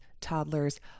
toddlers